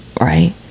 Right